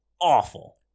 awful